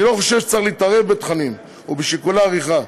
אני לא חושב שצריך להתערב בתכנים ובשיקולי עריכה,